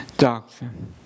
doctrine